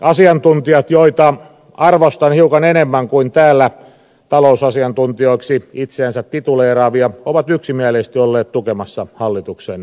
asiantuntijat joita arvostan hiukan enemmän kuin täällä talousasiantuntijoiksi itseänsä tituleeraavia ovat yksimielisesti olleet tukemassa hallituksen linjausta